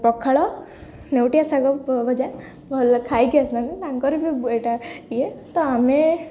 ପଖାଳ ନେଉଟିଆ ଶାଗ ଭଜା ଭଲ ଖାଇକି ଆସି ତାଙ୍କର ବି ଏଇଟା ଇଏ ତ ଆମେ